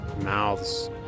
mouths